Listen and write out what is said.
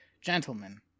Gentlemen